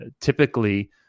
typically